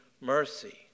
mercy